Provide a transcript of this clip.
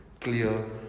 clear